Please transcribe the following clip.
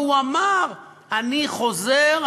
והוא אמר: אני חוזר,